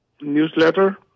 newsletter